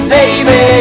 Baby